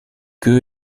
que